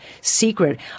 secret